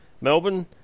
Melbourne